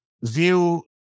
view